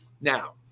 Now